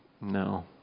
No